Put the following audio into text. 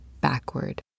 backward